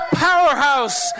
powerhouse